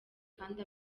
kandi